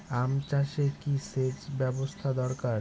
আম চাষে কি সেচ ব্যবস্থা দরকার?